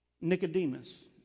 Nicodemus